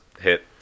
hit